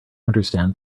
understand